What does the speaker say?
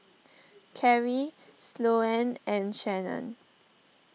Karri Sloane and Shanon